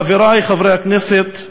חברי חברי הכנסת,